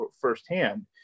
firsthand